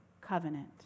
covenant